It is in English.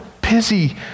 busy